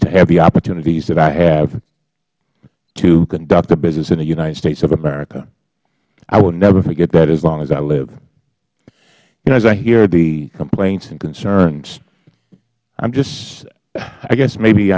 to have the opportunities that i have to conduct a business in the united states of america i will never forget that as long as i live you know as i hear the complaints and concerns i am just i guess maybe